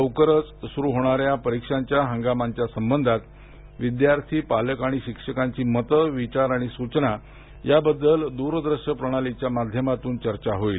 लवकरच सुरू होणाऱ्या परीक्षांच्या हंगामाच्या संबंधात विद्यार्थी पालक आणि शिक्षकांची मतं विचार सूचना याबद्दल द्रदृश्य प्रणालीच्या माध्यमातून चर्चा होईल